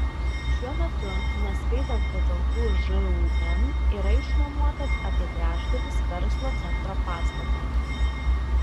šiuo metu neskaitant patalpų žūm yra išnuomota apie trečdalis verslo centro pastato